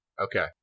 Okay